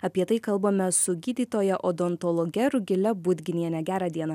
apie tai kalbame su gydytoja odontologe rugile budginiene gerą dieną